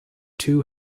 two